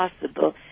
possible